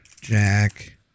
Jack